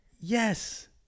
Yes